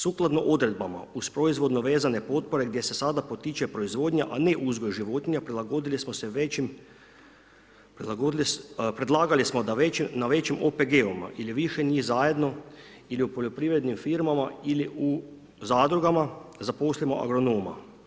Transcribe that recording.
Sukladno odredbama uz proizvodno vezane potpore gdje se sada potiče proizvodnja, a ne uzgoj životinja prilagodili smo se većim, predlagali smo da na većim OPG-ovima ili više njih zajedno ili u poljoprivrednim firmama ili u zadruga zaposlimo agronoma.